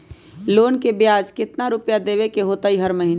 Loan के ब्याज कितना रुपैया देबे के होतइ हर महिना?